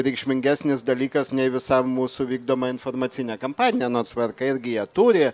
reikšmingesnis dalykas nei visa mūsų vykdoma informacinė kampanija nors vrk irgi ją turi